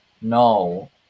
no